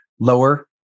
lower